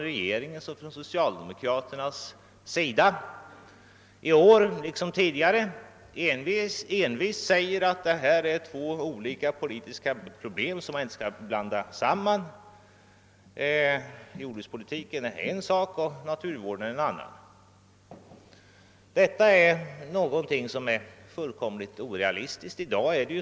Regeringen och socialdemokraterna hävdar i år liksom tidigare envist att detta är två olika politiska problem, som inte bör blandas samman. Jordbrukspolitiken skall vara en sak och naturvården en annan. Det är en fullständigt orealistisk inställning.